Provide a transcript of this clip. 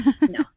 No